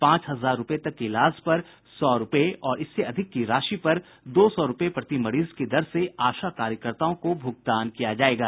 पांच हजार रूपये तक के इलाज पर सौ रूपये और इससे अधिक की राशि पर दो सौ रूपये प्रति मरीज की दर से आशा कार्यकर्ताओं को भुगतान किया जायेगा